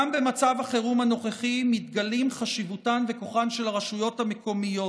גם במצב החירום הנוכחי מתגלים חשיבותן וכוחן של הרשויות המקומיות.